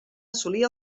assolir